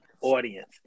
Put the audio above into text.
audience